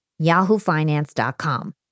Yahoofinance.com